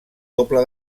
doble